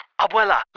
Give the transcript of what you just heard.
Abuela